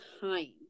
time